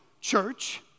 church